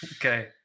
Okay